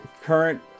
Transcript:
current